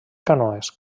canoes